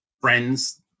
friends